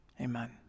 amen